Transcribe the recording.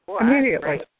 immediately